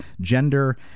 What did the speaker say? gender